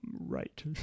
right